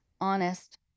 honest